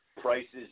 prices